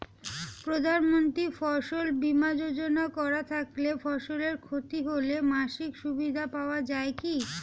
প্রধানমন্ত্রী ফসল বীমা যোজনা করা থাকলে ফসলের ক্ষতি হলে মাসিক সুবিধা পাওয়া য়ায় কি?